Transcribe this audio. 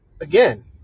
again